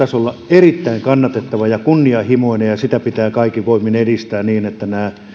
erittäin kannatettava ja kunnianhimoinen ja sitä pitää kaikin voimin edistää niin että nämä